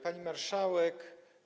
Pani Marszałek!